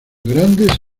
grandes